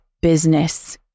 business